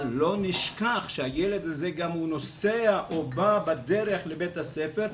אבל לא נשכח שהילד הזה גם נוסע או בא בדרך לבית הספר.